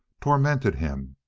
tormented him.